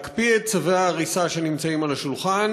להקפיא את צווי ההריסה שנמצאים על השולחן